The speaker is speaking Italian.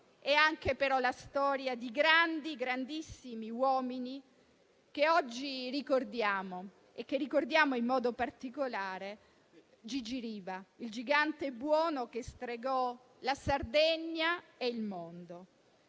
è anche però la storia di grandi, grandissimi uomini, che ricordiamo oggi e, tra di loro, in modo particolare Gigi Riva, il gigante buono che stregò la Sardegna e il mondo.